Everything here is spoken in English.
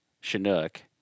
chinook